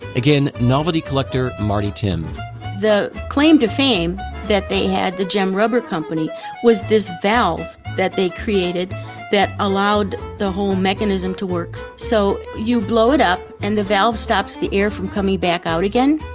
again, novelty collector mardi timm the claim to fame that they had, the jem rubber company was this valve that they created that allowed the whole mechanism to work. so you blow it up and the valve stops the air from coming back out again.